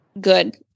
good